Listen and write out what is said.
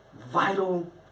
vital